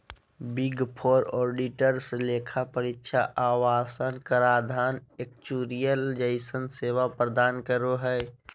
big four auditors लेखा परीक्षा आश्वाशन कराधान एक्चुरिअल जइसन सेवा प्रदान करो हय